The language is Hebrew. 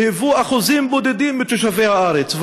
שהיו אחוזים בודדים מתושבי הארץ,